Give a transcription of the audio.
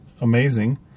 amazing